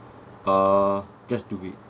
uh just do it